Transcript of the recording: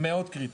מאוד קריטי,